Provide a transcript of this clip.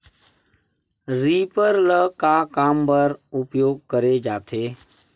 Reaper ल का काम बर उपयोग करे जाथे?